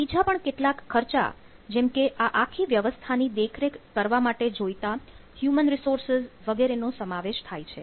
અને બીજા પણ કેટલાક ખર્ચા જેમકે આ આખી વ્યવસ્થાની દેખરેખ કરવા માટે જોઈતા હ્યુમન રિસોર્સિસ વગેરે નો સમાવેશ થાય છે